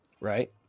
right